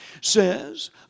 says